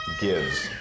gives